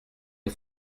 les